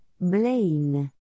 Blaine